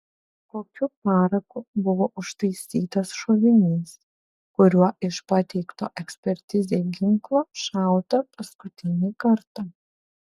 kokiu paraku buvo užtaisytas šovinys kuriuo iš pateikto ekspertizei ginklo šauta paskutinį kartą